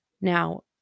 Now